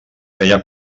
feia